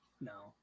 No